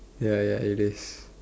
ya ya it is